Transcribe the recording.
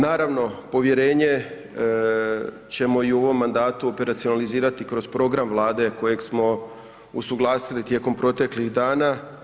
Naravno, povjerenje ćemo i u ovom mandatu operacionalizirati kroz program Vlade kojeg smo usuglasili tijekom proteklih dana.